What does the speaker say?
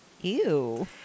Ew